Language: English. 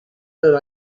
that